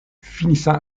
finissant